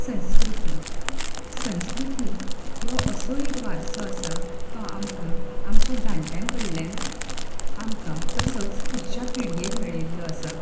संस्कृती संस्कृती हो असो एक वारसो आसा तो आमकां आमच्या जाणट्यां कडल्यान आमकां तसोच फुडच्या पिडयेक मेळिल्लो आसा